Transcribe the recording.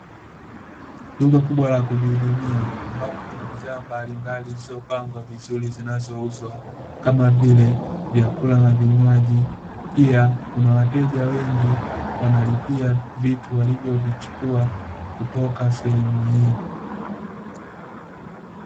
Duka kubwa la kujihudumia ambapo kuna bidhaa mbalimbali zilizopangwa vizuri zinazouzwa, kama vile vyakula na vinywaji, pia kuna wateja wengi wanaolipia vitu walivyovichukua kutoka sehemu hiyo.